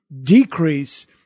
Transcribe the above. decrease